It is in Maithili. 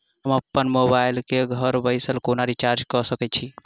हम अप्पन मोबाइल कऽ घर बैसल कोना रिचार्ज कऽ सकय छी?